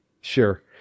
Sure